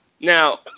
Now